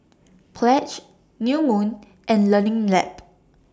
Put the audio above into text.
Pledge New Moon and Learning Lab